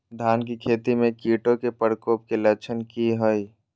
धान की खेती में कीटों के प्रकोप के लक्षण कि हैय?